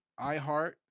iHeart